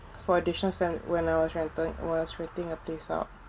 for additional stamp when I was renting was renting a place out